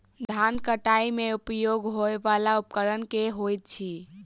धान कटाई मे उपयोग होयवला उपकरण केँ होइत अछि?